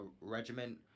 Regiment